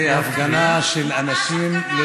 זה הפגנה של אנשים, ממש הפגנה.